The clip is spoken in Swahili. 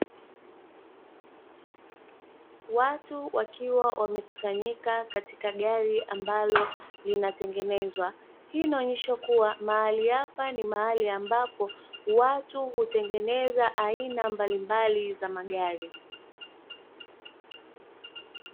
Watu wakiwa wamekusanyika katika gari ambalo linatengenezwa, hii inaonesha kuwa mahali hapa, ni mahali ambapo watu hutengeneza aina mbalimbali za magari.